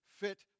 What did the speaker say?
Fit